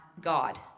God